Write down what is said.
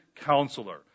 counselor